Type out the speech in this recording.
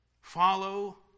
Follow